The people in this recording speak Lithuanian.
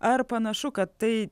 ar panašu kad tai